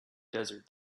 desert